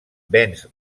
venç